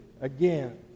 again